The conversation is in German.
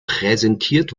präsentiert